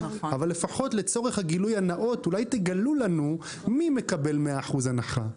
אבל לפחות לצורך הגילוי הנאות אולי תגלו לנו מי מקבל מאה אחוז הנחה.